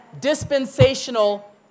Dispensational